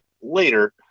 later